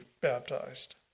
baptized